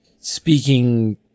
speaking